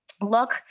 look